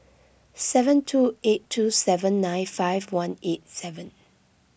seven two eight two seven nine five one eight seven